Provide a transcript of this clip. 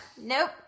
nope